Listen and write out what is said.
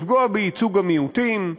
לפגוע בייצוג המיעוטים,